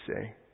say